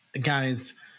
Guys